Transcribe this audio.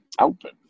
outfit